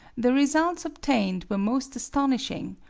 the results obtained were most astonishing,